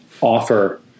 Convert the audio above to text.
offer